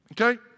okay